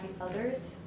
others